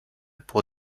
pour